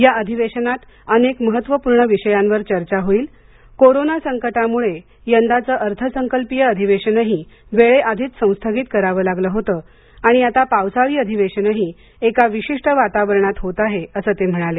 या अधिवेशनात अनेक महत्त्वपूर्ण विषयांवर चर्चा होईल कोरोना संकटामुळे यंदाचं अर्थ संकल्पीय अधिवेशनही वेळेआधीच संस्थगित करावं लागल होतं आणि आता पावसाळी अधिवेशनही एका विशिष्ट वातावरणात होत आहे अस ते म्हणाले